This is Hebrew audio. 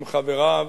עם חבריו,